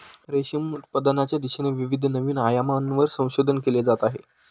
रेशीम उत्पादनाच्या दिशेने विविध नवीन आयामांवर संशोधन केले जात आहे